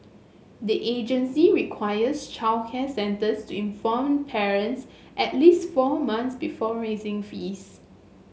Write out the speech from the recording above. the agency requires childcare centres to inform parents at least four months before raising fees